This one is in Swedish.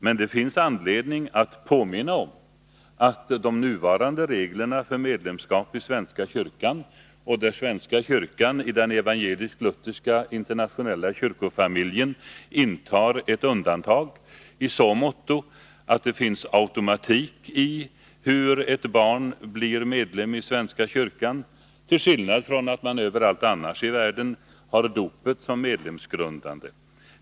Men det finns när det gäller de nuvarande reglerna anledning att påminna om att den svenska kyrkan i den evangelisk-lutherska internationella kyrkofamiljen utgör ett undantag i så måtto att det finns automatik i hur ett barn blir medlem i svenska kyrkan, till skillnad från vad som är gällande på övriga håll i världen, där dopet är medlemsgrundande.